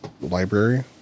Library